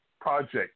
project